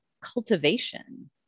cultivation